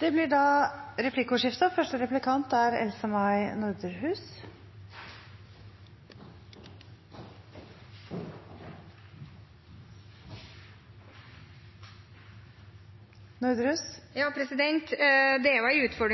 Det blir replikkordskifte. Det er en utfordring